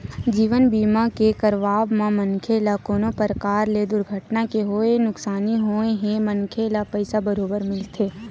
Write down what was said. जीवन बीमा के करवाब म मनखे ल कोनो परकार ले दुरघटना के होय नुकसानी होए हे मनखे ल पइसा बरोबर मिलथे